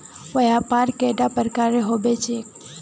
व्यापार कैडा प्रकारेर होबे चेक?